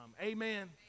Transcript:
Amen